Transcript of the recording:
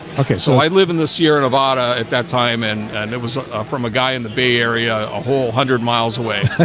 okay, so i live in the sierra nevada at that time and and it was from a guy in the bay area a whole hundred miles away